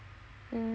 mm